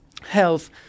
health